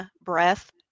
breath